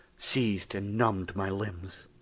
seized and numbed my limbs.